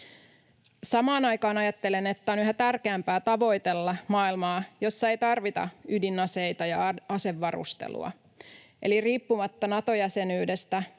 Samaan aikaan ajattelen, että on yhä tärkeämpää tavoitella maailmaa, jossa ei tarvita ydinaseita ja asevarustelua. Riippumatta Nato-jäsenyydestä